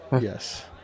Yes